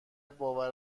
باور